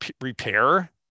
repair